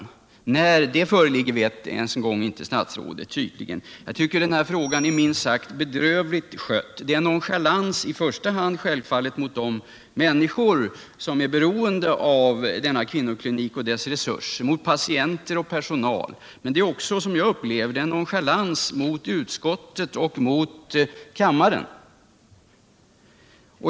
När det underlaget föreligger vet tydligen inte ens statsrådet. Jag tycker att denna fråga är minst sagt bedrövligt skött. Det är nonchalans i första hand självfallet mot de människor som är beroende av denna klinik och dess resurser, patienter och personal. Men det är också, såsom jag upplever det, en nonchalans mot utskottet och mot kammaren.